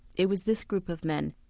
it was this group of men,